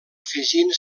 afegint